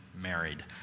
married